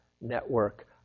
network